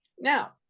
Now